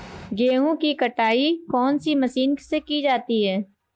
गेहूँ की कटाई कौनसी मशीन से की जाती है?